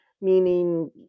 meaning